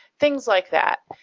things like that.